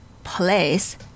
place